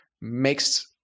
makes